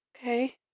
Okay